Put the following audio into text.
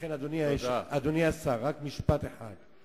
לכן, אדוני השר, רק משפט אחד: